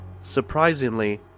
Surprisingly